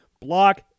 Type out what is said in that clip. block